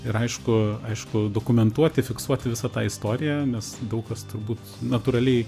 ir aišku aišku dokumentuoti fiksuoti visą tą istoriją nes daug kas turbūt natūraliai